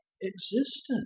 existence